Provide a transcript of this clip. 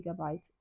gigabytes